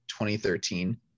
2013